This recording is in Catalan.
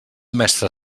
mestre